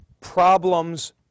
problems